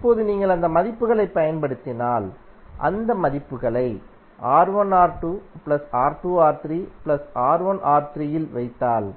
இப்போது நீங்கள் அந்த மதிப்புகளைப் பயன்படுத்தினால் அந்த மதிப்புகளை〖இல் வைத்தால்